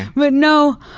but no,